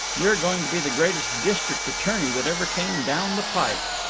you're going to be the greatest district attorney that ever came down the pike.